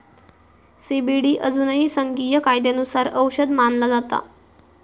CBD अजूनही संघीय कायद्यानुसार औषध मानला जाता